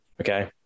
Okay